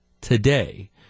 today